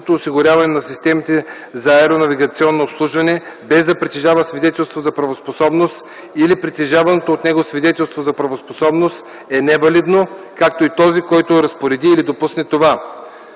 осигуряване на системите за аеронавигационно обслужване, без да притежава свидетелство за правоспособност, или притежаваното от него свидетелство за правоспособност е невалидно, както и този, който разпореди или допусне това.”